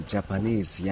Japanese